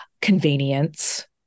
convenience